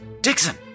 Dixon